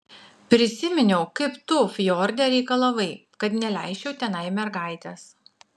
prisiminiau kaip tu fjorde reikalavai kad neleisčiau tenai mergaitės